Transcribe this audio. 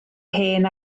hen